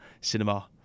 cinema